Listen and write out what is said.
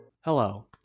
Hello